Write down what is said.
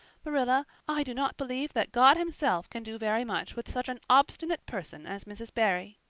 marilla, i do not believe that god himself can do very much with such an obstinate person as mrs. barry.